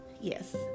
yes